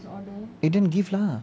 eh don't give lah